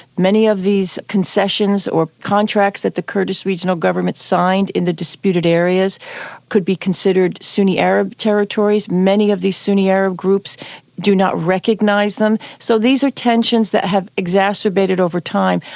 many of these concessions or contracts that the kurdish regional government signed in the disputed areas could be considered sunni arab territories. many of these sunni arab groups do not recognise them. so these are tensions that have exacerbated over time.